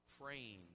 praying